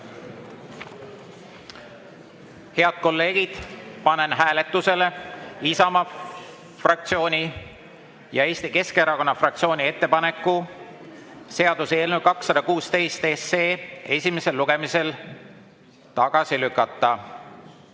kolleegid, panen hääletusele Isamaa fraktsiooni ja Eesti Keskerakonna fraktsiooni ettepaneku seaduseelnõu 216 esimesel lugemisel tagasi lükata.